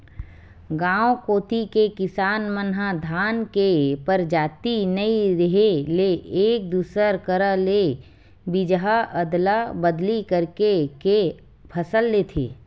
गांव कोती के किसान मन ह धान के परजाति नइ रेहे ले एक दूसर करा ले बीजहा अदला बदली करके के फसल लेथे